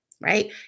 Right